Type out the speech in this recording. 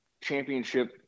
championship